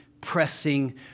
pressing